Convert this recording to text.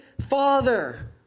father